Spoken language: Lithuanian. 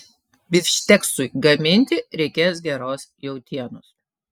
bifšteksui gaminti reikės geros jautienos